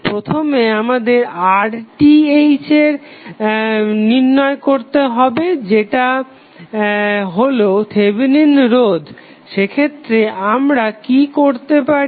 প্রথমে আমাদের RTh নির্ণয় করতে হবে যেটা হলো থেভেনিন রোধ সেক্ষেত্রে আমরা কি করতে পারি